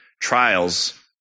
trials